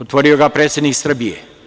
Otvorio ga predsednik Srbije.